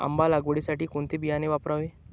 आंबा लागवडीसाठी कोणते बियाणे वापरावे?